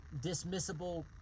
dismissible